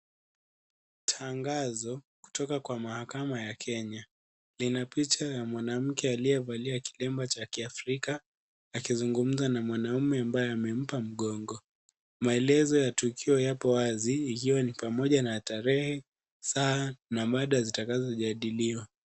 Tangazo, kutoka kwa mahakama ya kenya, lina picha ya mwanamke alie valia kilemba cha ki Afrika, akizungumza na mwanaume ambaye amempa mgongo, maelezo ya tukio yapo wazi, ikiwa ni pamoja na tarehe, saa, na mada zitakazo jadiliwa.